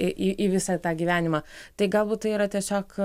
į į visą tą gyvenimą tai galbūt tai yra tiesiog